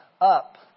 up